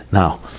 now